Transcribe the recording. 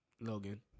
Logan